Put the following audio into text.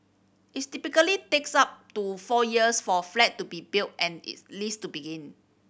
it typically takes up to four years for a flat to be built and its lease to begin